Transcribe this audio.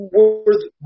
worth